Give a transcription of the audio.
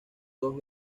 dos